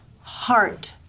heart